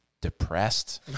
depressed